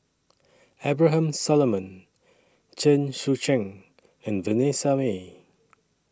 Abraham Solomon Chen Sucheng and Vanessa Mae